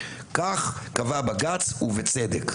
כך קבע בג"צ ובצדק.